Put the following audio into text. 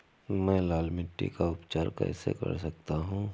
मैं लाल मिट्टी का उपचार कैसे कर सकता हूँ?